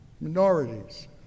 Minorities